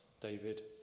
David